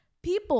people